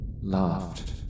laughed